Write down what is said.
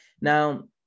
now